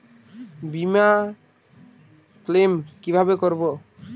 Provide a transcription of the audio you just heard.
বিমা ক্লেম কিভাবে করব?